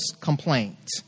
complaint